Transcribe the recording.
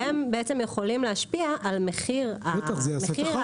והם בעצם יכולים להשפיע על מחיר הסל.